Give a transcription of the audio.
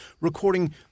recording